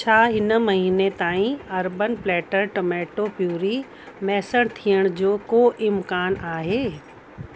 छा हिन महीने ताईं अर्बन प्लैटर टमैटो प्यूरी मैसर थियण जो को इम्कान आहे